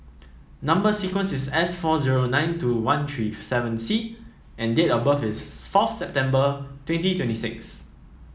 number sequence is S four zero nine two one three seven C and date of birth is fourth September twenty twenty six